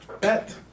bet